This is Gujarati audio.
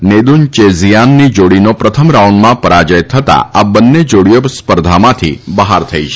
નેદુનેઝીયનની જાડીનો પ્રથમ રાઉન્ડમાં પરાજય થતા આ બંને જાડીઓ સ્પર્ધામાંથી બહાર થઈ છે